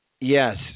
Yes